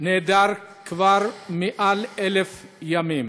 נעדר כבר יותר מ-1,000 ימים.